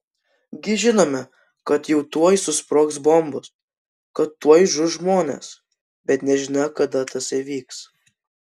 gi žinome kad jau tuoj susprogs bombos kad tuoj žus žmonės bet nežinia kada tas įvyks